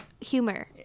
humor